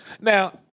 Now